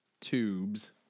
tubes